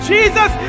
Jesus